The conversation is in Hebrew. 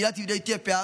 קהילת יהודי אתיופיה,